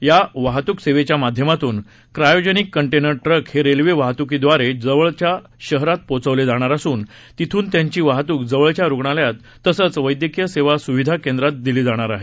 या वाहतूक सेवेच्या माध्यमातून क्रायोजनिक कंटेनर ट्रक हे रेल्वे वाहतूकीद्वारे जवळच्या शहरात पोचवले जाणार असून तिथून त्यांची वाहतूक जवळच्या रुग्णालयात तसंच वैद्यकीय सेवा सुविधा केंद्रांत केली जाणार आहे